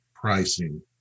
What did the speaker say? pricing